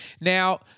Now